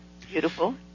beautiful